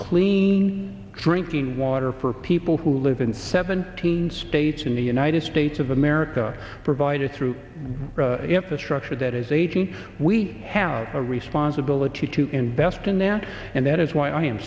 clean drinking water for people who live in seventeen states in the united states of america provided through infrastructure that is eighteen we have a responsibility to invest in that and that is why i am